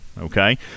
Okay